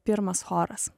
pirmas choras